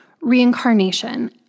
reincarnation